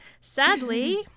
Sadly